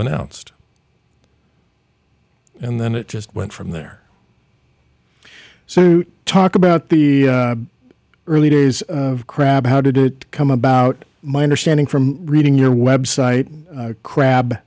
announced and then it just went from there so talk about the early days of crabbe how did it come about my understanding from reading your website crab